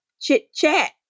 chit-chat